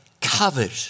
covered